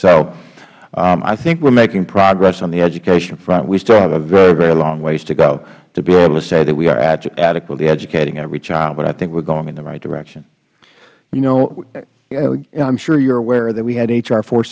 so i think we're making progress on the education front we still have a very very long ways to go to be able to say that we are adequately educating every child but i think we're going in the right direction mister gosar i'm sure you're aware that we have h r four